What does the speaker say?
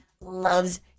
loves